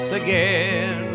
again